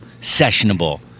sessionable